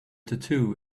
tattoo